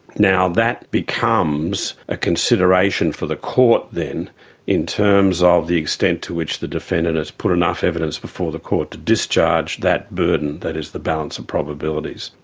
now, that becomes a consideration for the court then in terms of the extent to which the defendant has put enough evidence before the court to discharge that burden that is the balance of probabilities.